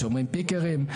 כשאומרים פיקרים,